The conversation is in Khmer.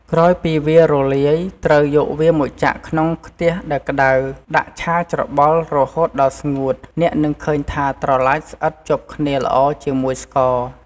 ក្រោយពីវារលាយ ត្រូវយកវាមកចាក់ក្នុងខ្ទះដែលក្តៅ ដាក់ឆាច្របល់រហូតដល់ស្ងួត អ្នកនឹងឃើញថាត្រឡាចស្អិតជាប់គ្នាល្អជាមួយស្ករ។